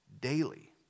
daily